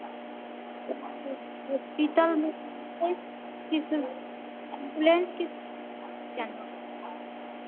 hospital में किस complain किस